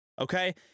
okay